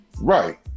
Right